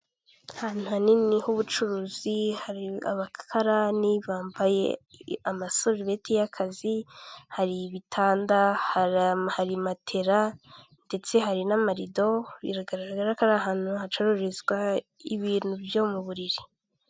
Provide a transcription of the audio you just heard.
Ahantu hanini h'ubucuruzi, hari abakarani bambaye amasurubeti y'akazi, hari ibitanda, hari matera ndetse hari n'amarido, biragaragara ko ari ahantu hacururizwa ibintu byo mu buriri.